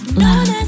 love